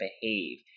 behave